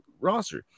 roster